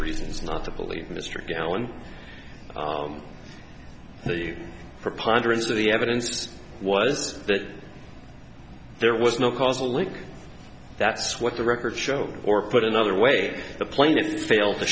reasons not to believe mr allen on the preponderance of the evidence was that there was no causal link that's what the records show or put another way the plaintiff failed to